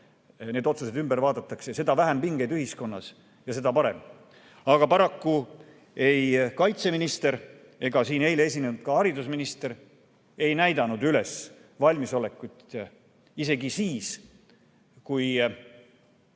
need otsused ümber vaadatakse, seda vähem pingeid ühiskonnas ja seda parem. Aga paraku ei kaitseminister ega ka siin eile esinenud haridusminister ei näidanud üles valmisolekut – isegi siis, kui